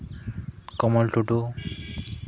ᱠᱚᱢᱚᱞ ᱴᱩᱰᱩ